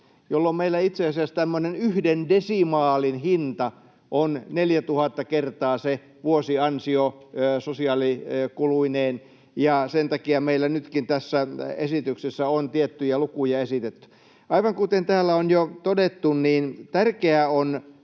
jolloin meillä itse asiassa tämmöinen yhden desimaalin hinta on 4 000 kertaa se vuosiansio sosiaalikuluineen, ja sen takia meillä nytkin tässä esityksessä on tiettyjä lukuja esitetty. Aivan kuten täällä on jo todettu, tärkeää on